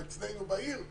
אצלנו בעיר,